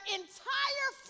entire